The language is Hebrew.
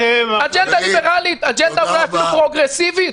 אג'נדה ליברלית, אג'נדה פרוגרסיבית.